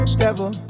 devil